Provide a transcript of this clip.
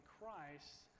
Christ